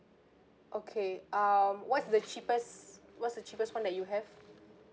okay um what's the cheapest what's the cheapest one that you have